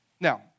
Now